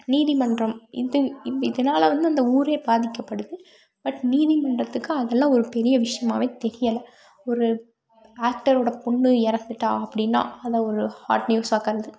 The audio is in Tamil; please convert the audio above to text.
நீதிமன்றம் இத்து இதனால வந்து அந்த ஊரே பாதிக்கப்படுது பட் நீதிமன்றத்துக்கு அதெல்லாம் ஒரு பெரிய விஷியமாகவே தெரியலை ஒரு ஆக்டர்ரோட பொண்ணு இறந்துட்டா அப்படினா அத ஒரு ஹாட் நியூஸ் ஆக்குறது